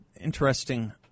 Interesting